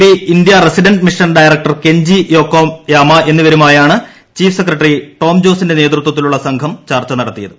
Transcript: B India resident mission director Kenji Yokoyama എന്നിവരുമായാണ് chief secretary Tom ജോസിന്റെ നേതൃത്വത്തിലുള്ള സംഘം ചർച്ച നടത്തിയത്